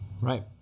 Right